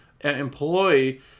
employee